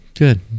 good